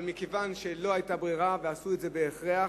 אבל מכיוון שלא היתה ברירה עשו את זה בהכרח.